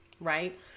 right